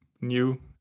new